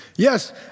Yes